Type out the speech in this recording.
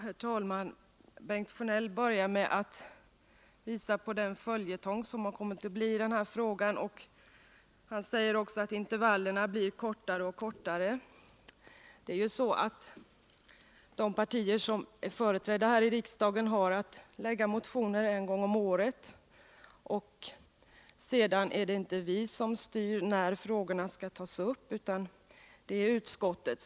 Herr talman! Bengt Sjönell börjar med att tala om den följetong som denna fråga har kommit att bli. Han säger också att intervallerna blir kortare och kortare. Det är ju så att de partier som är företrädda här i riksdagen har att väcka motioner en gång om året, och sedan är det inte motionärerna som styr när frågorna tas upp, utan det är utskottet.